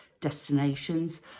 destinations